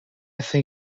think